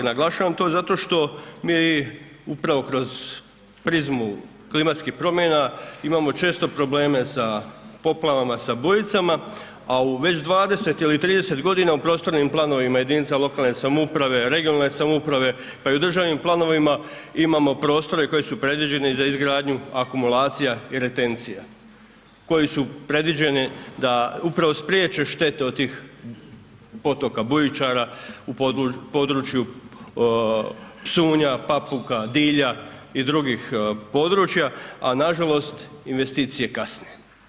A naglašavam to zato što mi upravo kroz prizmu klimatskih promjena, imamo često probleme sa poplavama, sa bujicama a već 20 ili 30 g. u prostornim planovima jedinica lokalne samouprave, regionalne samouprave pa i u državnim planovima, imamo prostore koji su previđeni za izgradnju akumulacija i retencija, koje su predviđene da upravo spriječe štetu od tih potoka bujičara u području Psunja, Papuka, Dilja i drugih područja a nažalost investicije kasne.